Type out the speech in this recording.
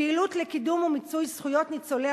פעילות לקידום ולמיצוי של זכויות ניצולי